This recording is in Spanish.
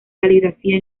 caligrafía